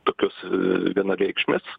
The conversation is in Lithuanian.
tokius vienareikšmes